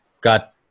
got